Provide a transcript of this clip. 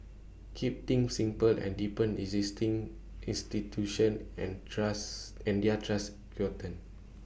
keep things simple and deepen existing institutions and trust and their trust quotient